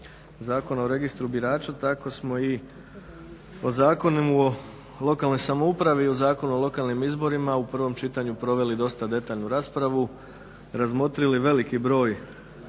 Zakona o Registru birača tako smo i u Zakonu o lokalnoj samoupravi i u Zakonu o lokalnim izborima u prvom čitanju proveli dosta detaljnu raspravu, razmotrili veliki broj